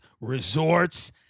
resorts